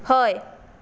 हय